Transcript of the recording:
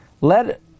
Let